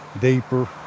deeper